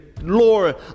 Lord